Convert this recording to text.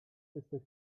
jesteś